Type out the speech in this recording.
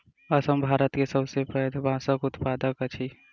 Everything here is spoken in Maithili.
असम भारत के सबसे पैघ बांसक उत्पादक अछि